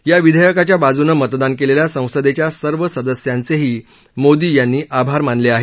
या विधेयकाच्या बाजूनं मतदान केलेल्या संसदेच्या सर्व सदस्यांचेही मोदी यांनी आभार मानले आहेत